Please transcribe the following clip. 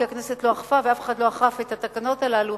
כי הכנסת לא אכפה ואף אחד לא אכף את התקנות הללו.